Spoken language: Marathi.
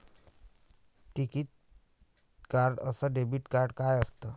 टिकीत कार्ड अस डेबिट कार्ड काय असत?